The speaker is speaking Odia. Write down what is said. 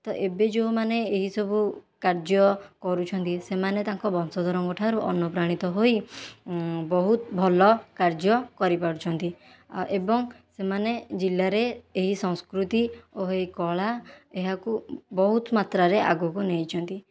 ତ ଏବେ ଯେଉଁମାନେ ଏହିସବୁ କାର୍ଯ୍ୟ କରୁଛନ୍ତି ସେମାନେ ତାଙ୍କ ବଂଶଧରଙ୍କଠାରୁ ଅନୁପ୍ରାଣିତ ହୋଇ ବହୁତ ଭଲ କାର୍ଯ୍ୟ କରିପାରୁଛନ୍ତି ଆଉ ଏବଂ ସେମାନେ ଜିଲ୍ଲାରେ ଏହି ସଂସ୍କୃତି ଓ ଏହି କଳା ଏହାକୁ ବହୁତ ମାତ୍ରାରେ ଆଗକୁ ନେଇଛନ୍ତି